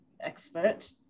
expert